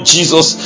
Jesus